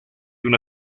una